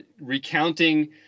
recounting